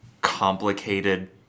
complicated